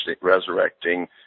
resurrecting